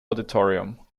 auditorium